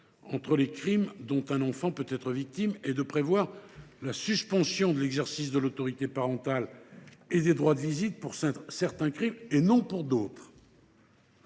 entre les crimes dont un enfant peut être victime et de prévoir la suspension de l’exercice de l’autorité parentale et des droits de visite pour certains d’entre ceux ci et non pour d’autres.